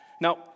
Now